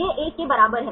यह 1 के बराबर है